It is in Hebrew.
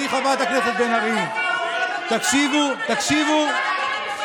גברתי חברת הכנסת בן ארי, תקשיבו, תעשה דיון,